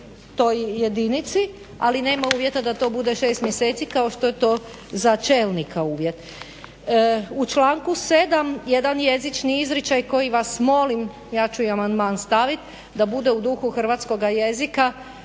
uvjet. U članku 7. jedan jezični izričaj koji vas molim, ja ću i amandman staviti da bude u duhu hrvatskoga jezika,